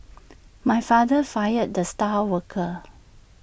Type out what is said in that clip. my father fired the star worker